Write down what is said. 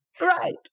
Right